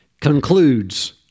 concludes